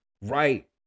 right